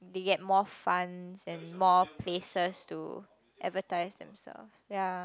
they get more funds and more places to advertise themselves ya